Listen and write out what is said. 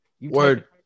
Word